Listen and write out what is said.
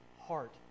heart